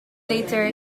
later